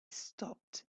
stopped